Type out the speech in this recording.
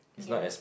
ya